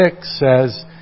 says